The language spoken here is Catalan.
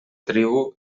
tribu